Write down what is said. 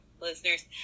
listeners